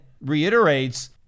reiterates